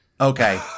Okay